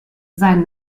sein